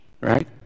right